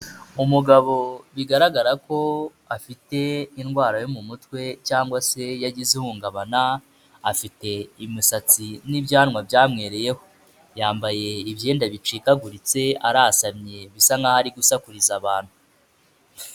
Umugabo bigaragara ko afite indwara yo mu mutwe cyangwa se yagize ihungabana, afite imisatsi n'ibyanwa byamwereyeho, yambaye ibyenda bicikaguritse, arasamye bisa nkaho ari gusakuriza abantu.